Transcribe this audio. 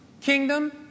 kingdom